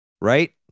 Right